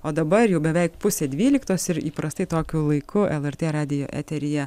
o dabar jau beveik pusė dvyliktos ir įprastai tokiu laiku lrt radijo eteryje